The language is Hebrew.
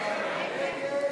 61 מתנגדים.